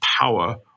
power